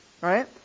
right